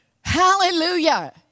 Hallelujah